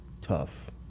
tough